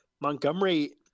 Montgomery